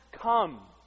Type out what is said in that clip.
come